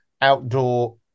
outdoor